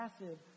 massive